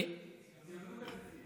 הציונות הדתית.